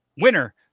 Winner